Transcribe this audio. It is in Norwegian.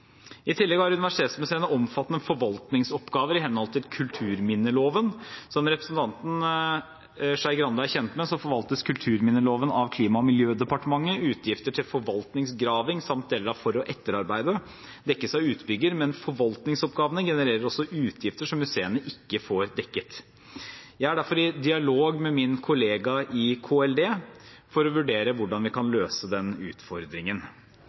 I tillegg har universitetsmuseene omfattende forvaltningsoppgaver i henhold til kulturminneloven. Som representanten Skei Grande er kjent med, forvaltes kulturminneloven av Klima- og miljødepartementet, utgifter til forvaltningsgraving samt deler av for- og etterarbeidet dekkes av utbygger, men forvaltningsoppgavene genererer også utgifter som museene ikke får dekket. Jeg er derfor i dialog med min kollega i KLD for å vurdere hvordan vi kan løse den utfordringen.